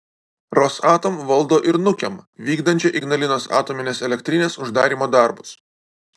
rosatom valdo ir nukem vykdančią ignalinos atominės elektrinės uždarymo darbus